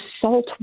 salt